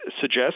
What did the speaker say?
suggest